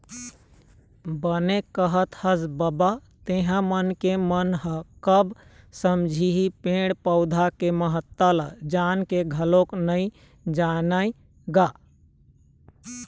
बने कहत हस बबा तेंहा मनखे मन ह कब समझही पेड़ पउधा के महत्ता ल जान के घलोक नइ जानय गा